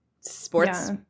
sports